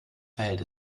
verhält